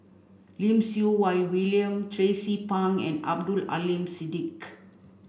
Lim Siew Wai William Tracie Pang and Abdul Aleem Siddique